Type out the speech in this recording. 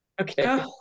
Okay